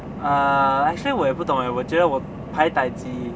err actually 我也不懂 eh 我觉得我 pai dai ji